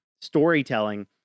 storytelling